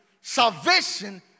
salvation